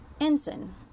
Ensign